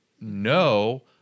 no